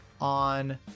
on